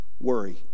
Worry